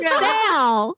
sale